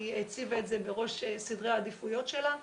הציבה את זה בראש סדרי העדיפויות שלה,